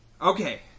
Okay